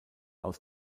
aus